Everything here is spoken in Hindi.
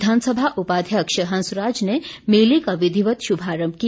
विधानसभा उपाध्यक्ष हंसराज ने मेले का विधिवत् शुभारम्भ किया